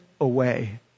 away